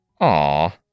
Aw